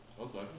Okay